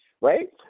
Right